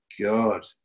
God